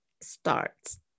starts